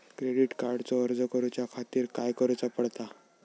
Credit कार्डचो अर्ज करुच्या खातीर काय करूचा पडता?